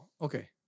okay